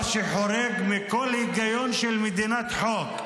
שחורג מכל היגיון של מדינת חוק,